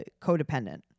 codependent